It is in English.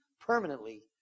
permanently